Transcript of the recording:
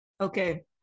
Okay